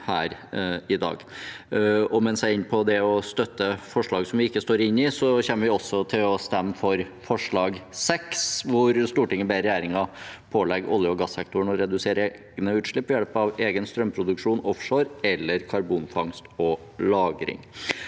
Mens jeg er inne på det å støtte forslag som vi ikke står inne i: Vi kommer også til å stemme for forslag nr. 6, hvor Stortinget ber regjeringen pålegge olje- og gassektoren å redusere egne utslipp ved hjelp av egen strømproduksjon offshore eller karbonfangst og -lagring.